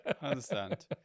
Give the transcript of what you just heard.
understand